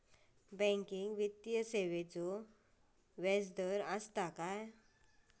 Banking वित्तीय सेवाचो व्याजदर असता काय?